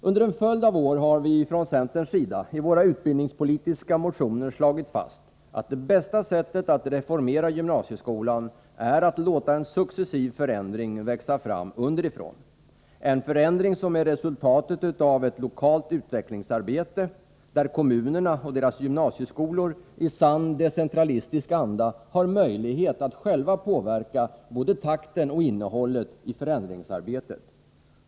Under en följd av år har vi från centern i våra utbildningspolitiska motioner slagit fast att det bästa sättet att reformera gymnasieskolan är att låta en successiv förändring växa fram underifrån — en förändring som är resultatet av ett lokalt utvecklingsarbete; där kommunerna och deras gymnasieskolor i sann decentralistisk anda har möjlighet att själva påverka både takten och innehållet i förändringsarbetet.